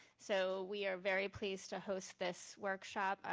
so we are very pleased to host this workshop.